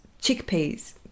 chickpeas